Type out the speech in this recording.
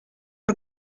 por